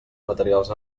materials